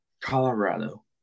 Colorado